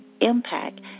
impact